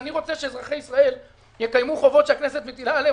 אני רוצה שאזרחי ישראל יקיימו חובות שהכנסת מטילה עליהם